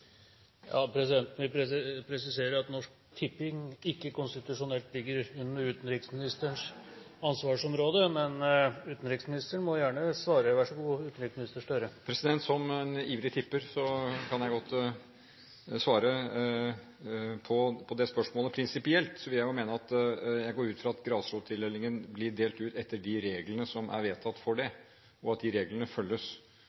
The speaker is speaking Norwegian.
at Norsk Tipping konstitusjonelt ikke ligger under utenriksministerens ansvarsområde, men utenriksministeren må gjerne svare. Vær så god, utenriksminister Gahr Støre! Som ivrig tipper kan jeg godt svare på det spørsmålet. Prinsipielt vil jeg si at jeg går ut fra at grasrotmidlene blir delt ut etter de reglene som er vedtatt for